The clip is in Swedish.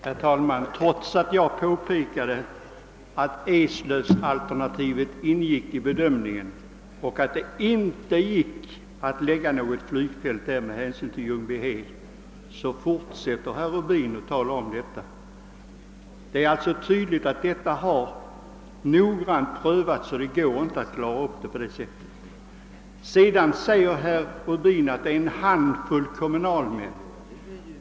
Herr talman! Trots att jag påpekade att Eslövs-alternativet ingick i bedömningen och att det inte gick att lägga något flygfält där med hänsyn till Ljungbyheds flygfält, fortsätter herr Rubin att argumentera på samma sätt som tidigare. Det är dock klart att frågan har prövats noggrant och att det inte går att ordna saken på det sättet. Sedan säger herr Rubin att det gäller en handfull kommunalmän.